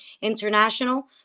international